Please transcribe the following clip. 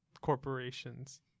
corporations